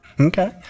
Okay